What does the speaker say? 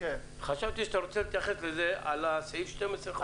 חשבתי שאתה רוצה להתייחס לסעיף 12 בחוק התקשורת.